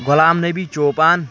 Ghulam Nabi Chopan